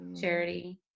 charity